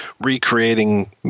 recreating